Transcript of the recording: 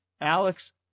Alex